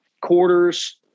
quarters